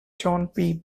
john